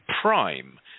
prime